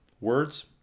words